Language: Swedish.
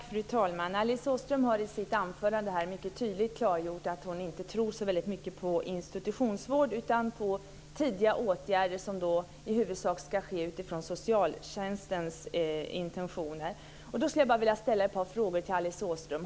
Fru talman! Alice Åström har i sitt anförande här mycket tydligt klargjort att hon inte tror så väldigt mycket på institutionsvård utan på tidiga åtgärder som i huvudsak ska ske utifrån socialtjänstens intentioner. Jag skulle vilja ställa ett par frågor till Alice Åström.